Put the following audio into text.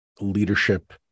Leadership